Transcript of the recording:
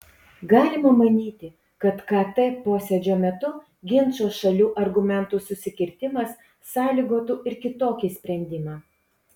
galima manyti kad kt posėdžio metu ginčo šalių argumentų susikirtimas sąlygotų ir kitokį sprendimą